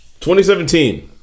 2017